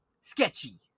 sketchy